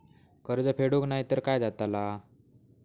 कर्ज फेडूक नाय तर काय जाताला?